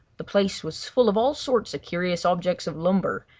the place was full of all sorts of curious objects of lumber,